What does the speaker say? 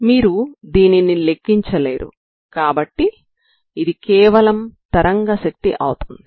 మీరు దీనిని లెక్కించలేరు కాబట్టి ఇది కేవలం తరంగ శక్తి అవుతుంది